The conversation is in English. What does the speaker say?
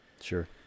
Sure